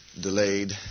Delayed